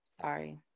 Sorry